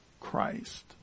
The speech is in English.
Christ